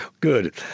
Good